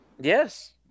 Yes